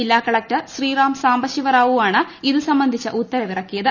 ജില്ലാ കളക്ടർ ശ്രീറാം സാംബശിവ റാവു ആണ് ഇത് സംബന്ധിച്ച ഉത്തരവിറക്കിയത്